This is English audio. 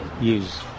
use